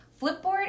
Flipboard